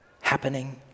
happening